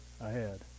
ahead